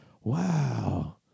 wow